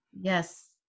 Yes